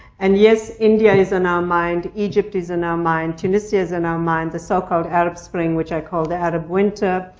and yes, india is on our mind, egypt is on and our mind, tunisia is on our mind. the so-called arab spring, which i call the arab winter.